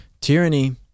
Tyranny